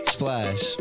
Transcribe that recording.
Splash